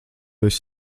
esi